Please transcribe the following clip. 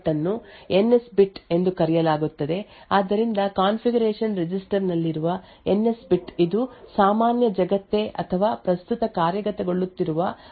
ಈಗ ಕಾರ್ಯಾಚರಣೆಯ ಮೋಡ್ ಅನ್ನು ಟ್ರ್ಯಾಕ್ ಮಾಡಲು ಆರ್ಮ್ ಒಂದು ನಿರ್ದಿಷ್ಟ ಬಿಟ್ ಅನ್ನು ಎನ್ ಯಸ್ ಬಿಟ್ ಎಂದು ಕರೆಯಲಾಗುತ್ತದೆ ಆದ್ದರಿಂದ ಕಾನ್ಫಿಗರೇಶನ್ ರಿಜಿಸ್ಟರ್ ನಲ್ಲಿರುವ ಎನ್ ಯಸ್ ಬಿಟ್ ಇದು ಸಾಮಾನ್ಯ ಜಗತ್ತೇ ಅಥವಾ ಪ್ರಸ್ತುತ ಕಾರ್ಯಗತಗೊಳ್ಳುತ್ತಿರುವ ಆಪರೇಟಿಂಗ್ ಜಗತ್ತೇ ಎಂದು ಸೂಚಿಸುತ್ತದೆ